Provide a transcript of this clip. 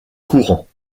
courants